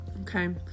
okay